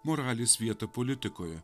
moralės vietą politikoje